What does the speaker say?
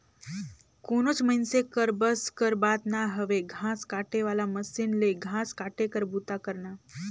कोनोच मइनसे कर बस कर बात ना हवे घांस काटे वाला मसीन ले घांस काटे कर बूता करना